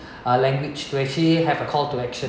uh language to actually have a call to action